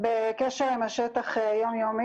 קיבלו רק 20 אחוזים וגם עד השלב שהם קיבלו מסרון שהם מקבלים 20